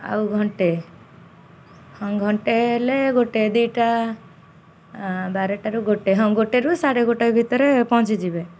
ଆଉ ଘଣ୍ଟେ ହଁ ଘଣ୍ଟେ ହେଲେ ଗୋଟେ ଦୁଇଟା ବାରଟାରୁ ଗୋଟେ ହଁ ଗୋଟେରୁ ସାଢ଼େ ଗୋଟେ ଭିତରେ ପହଞ୍ଚିଯିବେ